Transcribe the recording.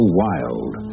wild